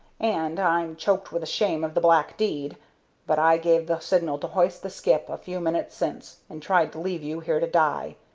and i'm choked with the shame of the black deed but i gave the signal to hoist the skip a few minutes since, and tried to leave you here to die.